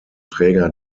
träger